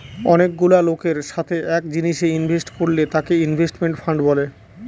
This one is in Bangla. অনেকগুলা লোকের সাথে এক জিনিসে ইনভেস্ট করলে তাকে ইনভেস্টমেন্ট ফান্ড বলে